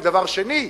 ודבר שני,